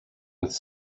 with